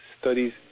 studies